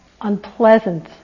unpleasant